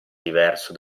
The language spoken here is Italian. diverso